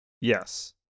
Yes